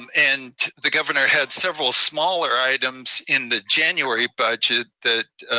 um and the governor had several smaller items in the january budget, that